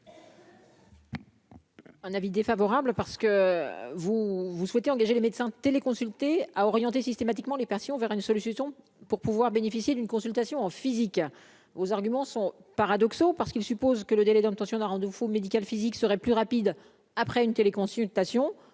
Un avis défavorable, parce que vous vous souhaitez engager les médecins télé consulter à orienter systématiquement les personnes vers une solution pour pouvoir bénéficier d'une consultation en physique aux arguments sont paradoxaux parce qu'il suppose que le délai d'obtention d'un rendez-vous médical physique serait plus rapide après une téléconsultation